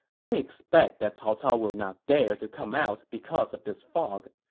i expect that cao cao will not dare to come out because of this fog.